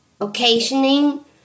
occasioning